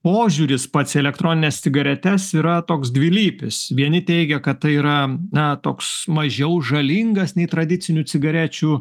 požiūris pats į elektronines cigaretes yra toks dvilypis vieni teigia kad tai yra na toks mažiau žalingas nei tradicinių cigarečių